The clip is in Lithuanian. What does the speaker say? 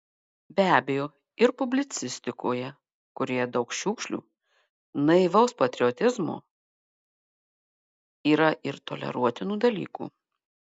be abejo ir publicistikoje kurioje daug šiukšlių naivaus patriotizmo yra ir toleruotinų dalykų